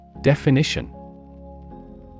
Definition